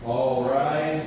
all right